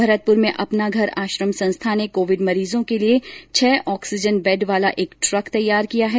भरतपुर में अपना घर आश्रम संस्था ने कोविड मरीजों के लिए छह ऑक्सीजन बैड वाला एक ट्रक तैयार किया है